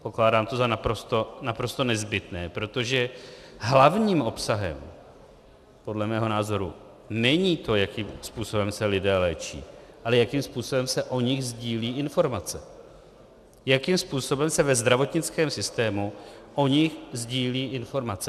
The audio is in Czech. Pokládám to za naprosto nezbytné, protože hlavním obsahem podle mého názoru není to, jakým způsobem se lidé léčí, ale jakým způsobem se o nich sdílí informace, jakým způsobem se ve zdravotnickém systému o nich sdílí informace.